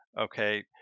Okay